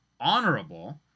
honorable